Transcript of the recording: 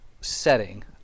setting